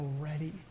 already